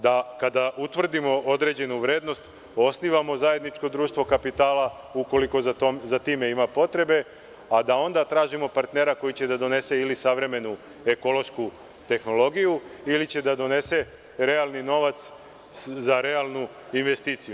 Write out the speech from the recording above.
Da kada utvrdimo određenu vrednost osnivamo zajedničko društvo kapitala, ukoliko za tim ima potrebe, a da onda tražimo partnera koji će da donese ili savremenu ekološku tehnologiju ili će da donese realni novac za realnu investiciju.